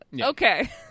Okay